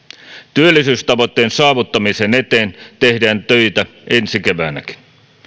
työllisyystavoitteen saavuttamisen eteen tehdään töitä ensi keväänäkin